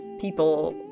people